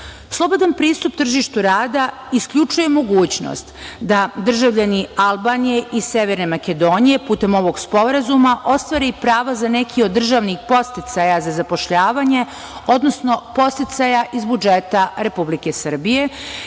pristup tržištu rada isključuje mogućnost da državljani Albanije i Severne Makedonije putem ovog sporazuma ostvare i prava za neki od državnih podsticaja za zapošljavanje, odnosno podsticaja iz budžeta Republike Srbije,